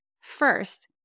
first